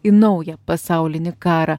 į naują pasaulinį karą